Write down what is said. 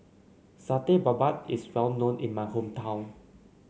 Satay Babat is well known in my hometown